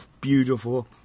beautiful